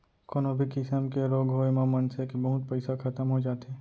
कोनो भी किसम के रोग होय म मनसे के बहुत पइसा खतम हो जाथे